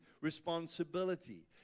responsibility